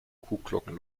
kuhglocken